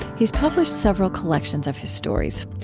he's published several collections of his stories.